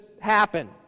happen